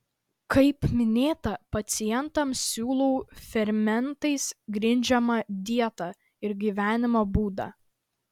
kaip minėta pacientams siūlau fermentais grindžiamą dietą ir gyvenimo būdą